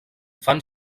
fan